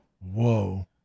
Whoa